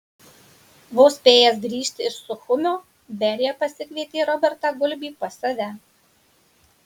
vos spėjęs grįžti iš suchumio berija pasikvietė robertą gulbį pas save